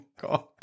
god